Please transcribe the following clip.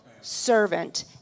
servant